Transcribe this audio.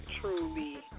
truly